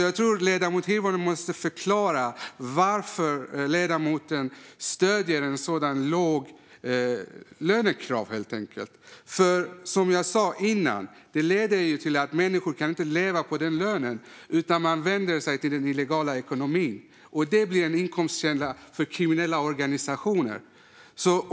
Jag tror att ledamoten Hirvonen måste förklara varför hon stöder ett sådant lågt lönekrav. Som jag sa innan leder det till att människor inte kan leva på sin lön, utan de vänder sig till den illegala ekonomin, vilket blir en inkomstkälla för kriminella organisationer.